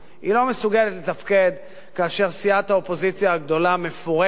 היא לא מסוגלת לתפקד כאשר סיעת האופוזיציה הגדולה מפורקת,